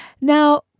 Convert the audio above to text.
Now